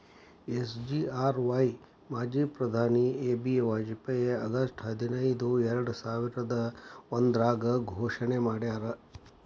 SGRY ಮಾಜಿ ಪ್ರಧಾನಿ A B Vajpayee August ಹದಿನೈದು ಎರ್ಡಸಾವಿರದ ಒಂದ್ರಾಗ ಘೋಷಣೆ ಮಾಡ್ಯಾರ